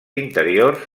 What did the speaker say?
interiors